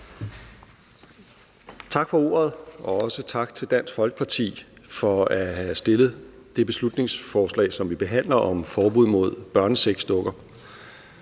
Tak for ordet, og også tak til Dansk Folkeparti for at have fremsat det beslutningsforslag, som vi behandler, om et forbud mod børnesexdukker.